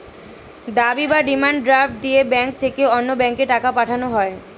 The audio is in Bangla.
দাবি বা ডিমান্ড ড্রাফট দিয়ে ব্যাংক থেকে অন্য ব্যাংকে টাকা পাঠানো হয়